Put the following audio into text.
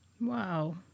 Wow